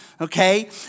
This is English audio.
Okay